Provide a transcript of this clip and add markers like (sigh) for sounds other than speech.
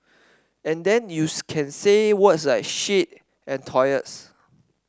and then you (unintelligible) can say words like shit and toilets